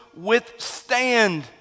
withstand